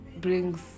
brings